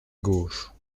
gauche